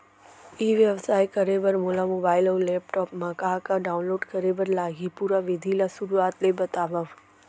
ई व्यवसाय करे बर मोला मोबाइल अऊ लैपटॉप मा का का डाऊनलोड करे बर लागही, पुरा विधि ला शुरुआत ले बतावव?